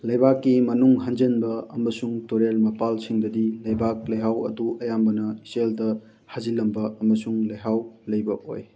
ꯂꯩꯕꯥꯛꯀꯤ ꯃꯅꯨꯡ ꯍꯟꯖꯟꯕ ꯑꯃꯁꯨꯡ ꯇꯨꯔꯦꯜ ꯃꯄꯥꯟꯁꯤꯡꯗꯗꯤ ꯂꯩꯕꯥꯛ ꯂꯩꯍꯥꯎ ꯑꯗꯨ ꯑꯌꯥꯝꯕꯅ ꯏꯆꯦꯜꯗ ꯍꯥꯖꯤꯜꯂꯝꯕ ꯑꯃꯁꯨꯡ ꯂꯩꯍꯥꯎ ꯂꯩꯕ ꯑꯣꯏ